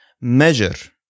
measure